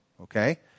okay